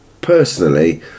personally